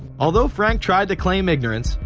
although frank tried to claim ignorance,